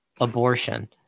abortion